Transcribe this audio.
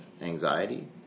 anxiety